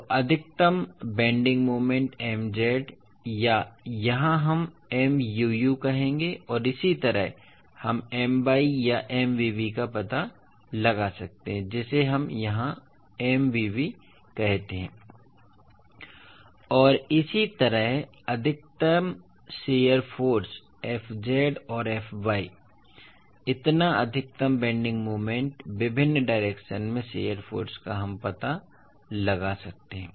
तो अधिकतम bending moment Mz या यहाँ हम Muu कहेंगे और इसी तरह हम My या Mvv का पता लगा सकते हैं जिसे हम यहाँ Mvv कहते हैं और इसी तरह अधिकतम शियर फ़ोर्स Fz और Fy ठीक हैं इतना अधिकतम बेन्डिंग मोमेंट विभिन्न डायरेक्शनस में शियर फ़ोर्स का हम पता लगा सकते हैं